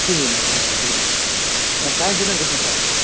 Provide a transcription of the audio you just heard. کِہیٖنۍ حظ اَہَن حظ بِلکُل سانہِ سۭتۍ نہٕ حظ گژھِ نہٕ پرٛابلِم کیٚںٛہہ